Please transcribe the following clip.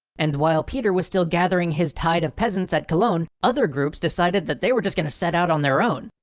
and while peter was still gathering his tide of peasants at cologne, other groups decided that they were just going to set out on their own.